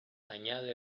añade